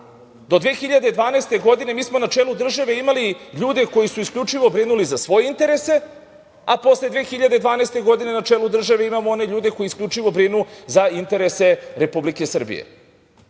do 2012. godine mi smo na čelu države imali ljude koji su isključivo brinuli za svoje interese, a posle 2012. godine na čelu države imamo one ljude koji isključivo brinu za interese Republike Srbije. Ono